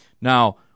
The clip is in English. Now